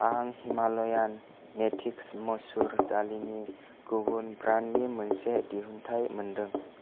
आं हिमालयान नेटिब्स मुसुर दालिनि गुबुन ब्रान्डनि मोनसे दिहुन्थाइ मोन्दों